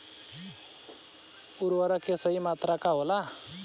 उर्वरक के सही मात्रा का होला?